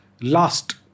last